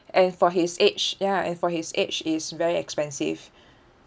and for his age ya and for his age is very expensive